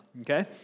okay